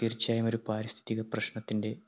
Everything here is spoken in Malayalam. തീർച്ചയായും ഒരു പാരിസ്ഥിതിക പ്രശ്നത്തിൻ്റെ